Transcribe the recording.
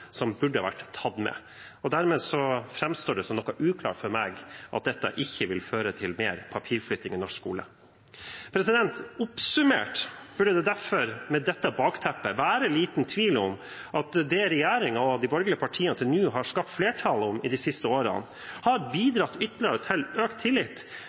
som burde vært tatt med. Dermed framstår det som noe uklart for meg at dette ikke vil føre til mer papirflytting i norsk skole. Oppsummert burde det derfor, med dette bakteppet, være liten tvil om at det regjeringen og de borgerlige partiene har skapt flertall for de siste årene, har bidratt ytterligere til økt tillit